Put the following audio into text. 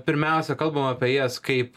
pirmiausia kalbam apie jas kaip